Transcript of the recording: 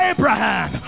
Abraham